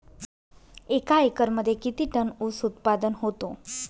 एका एकरमध्ये किती टन ऊस उत्पादन होतो?